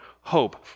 hope